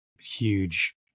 huge